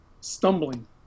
Stumbling